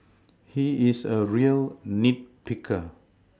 he is a real nit picker